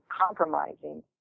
compromising